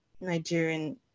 Nigerian